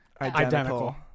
identical